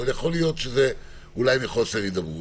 יכול להיות שאולי זה מחוסר הידברות.